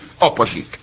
opposite